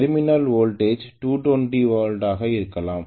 terminal voltage 220 ஆக இருக்கலாம்